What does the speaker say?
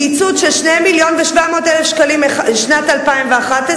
קיצוץ של 2 מיליון ו-700,000 ש"ח לשנת 2011,